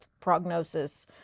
prognosis